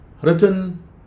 written